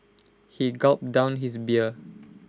he gulped down his beer